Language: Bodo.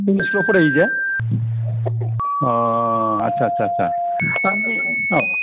जोंनि स्कुलाव फरायो जे अ' आच्छा आच्छा अ'